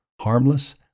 harmless